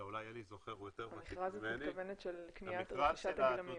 אולי אלי זוכר --- המכרז את מתכוונת של רכישת הגלמים,